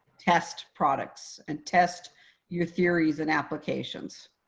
test products and test your theories and applications?